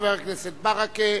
חבר הכנסת ברכה,